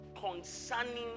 concerning